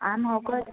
आमी होफोत